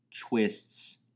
twists